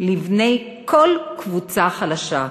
לבני כל קבוצה חלשה.